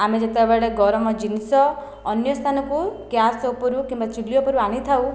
ଆମେ ଯେତେବେଳେ ଗରମ ଜିନିଷ ଅନ୍ୟ ସ୍ଥାନକୁ ଗ୍ୟାସ୍ ଉପରୁ କିମ୍ବା ଚୁଲି ଉପରୁ ଆଣିଥାଉ